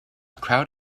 crowd